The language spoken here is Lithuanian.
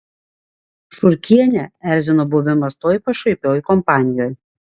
šurkienę erzino buvimas toj pašaipioj kompanijoj